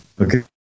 Okay